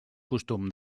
costum